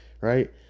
right